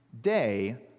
day